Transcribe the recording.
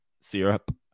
syrup